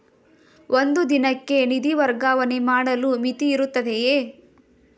ಒಂದು ದಿನಕ್ಕೆ ನಿಧಿ ವರ್ಗಾವಣೆ ಮಾಡಲು ಮಿತಿಯಿರುತ್ತದೆಯೇ?